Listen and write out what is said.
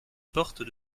portes